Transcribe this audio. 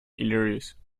hilarious